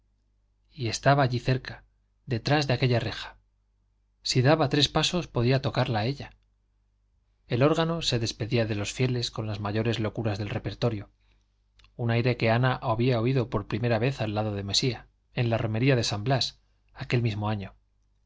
y estaba allí cerca detrás de aquella reja si daba tres pasos podía tocarla a ella el órgano se despedía de los fieles con las mayores locuras del repertorio un aire que ana había oído por primera vez al lado de mesía en la romería de san blas aquel mismo año